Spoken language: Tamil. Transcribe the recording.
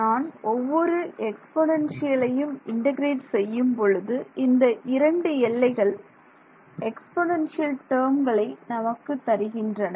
நான் ஒவ்வொரு எக்ஸ்பொனன்ஷியலையும் இன்டெக்ரேட் செய்யும்பொழுது இந்த இரண்டு எல்லைகள் எக்ஸ்பொனன்ஷியல் டேர்ம்களை நமக்கு தருகின்றன